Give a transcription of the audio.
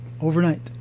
overnight